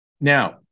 now